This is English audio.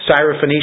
Syrophoenician